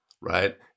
Right